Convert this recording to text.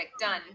Done